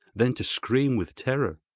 then to scream with terror.